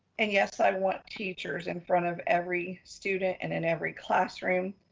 and yes, i want teachers in front of every student and in every classroom,